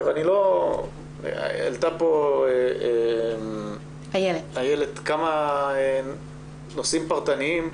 העלתה כאן איילת כמה נושאים פרטניים.